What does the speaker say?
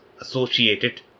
associated